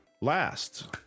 Last